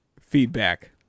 feedback